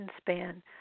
span